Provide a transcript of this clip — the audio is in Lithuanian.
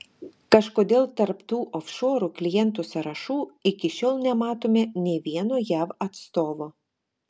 kažkodėl tarp tų ofšorų klientų sąrašų iki šiol nematome nė vieno jav atstovo